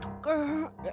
girl